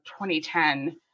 2010